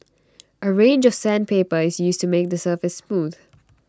A range of sandpaper is used to make the surface smooth